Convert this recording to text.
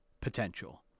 potential